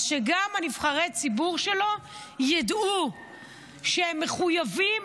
אז שגם נבחרי הציבור שלו ידעו שהם מחויבים